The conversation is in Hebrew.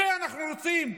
את זה אנחנו רוצים?